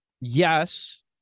Yes